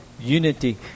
unity